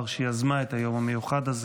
שיזמה את היום המיוחד הזה,